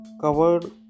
covered